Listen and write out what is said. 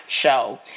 show